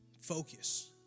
focus